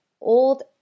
old